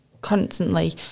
constantly